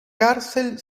cárcel